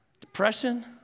depression